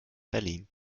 berlin